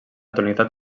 tonalitat